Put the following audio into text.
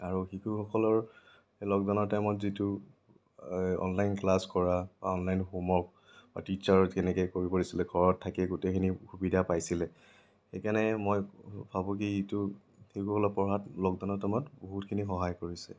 আৰু শিশুসকলৰ লকডাউনৰ টাইমত যিটো অনলাইন ক্লাছ কৰা বা অনলাইন হোমৱৰ্ক বা টিছাৰত কেনেকৈ কল কৰিছিলে ঘৰত থাকিয়ে গোটেইখিনি সুবিধা পাইছিলে সেইকাৰণে মই ভাবো কি এইটো শিশুসকলৰ পঢ়াত লকডাউনৰ টাইমত বহুতখিনি সহায় কৰিছে